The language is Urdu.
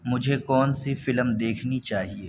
مجھے کون سی فلم دیکھنی چاہیے